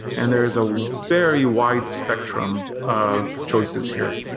and there is a very wide spectrum of choices here.